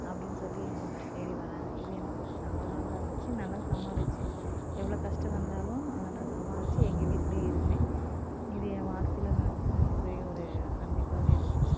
அப்படின்னு சொல்லி எங்களை தேடி வர்றாங்க இது எனக்கு ஒரு சவாலாகவும் இருந்துச்சு நல்லா சமாளித்தேன் எவ்வளோ கஷ்டம் வந்தாலும் அதை நான் சமாளித்து எங்கள் வீட்லேயே இருந்தேன் இது என் வாழ்க்கையில் நடந்த மிகப்பெரிய ஒரு சந்திப்பாகவே இருந்துச்சு